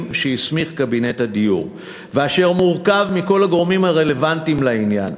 שהסמיך קבינט הדיור ואשר מורכב מכל הגורמים הרלוונטיים לעניין,